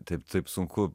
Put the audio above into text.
taip taip sunku